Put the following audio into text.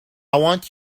want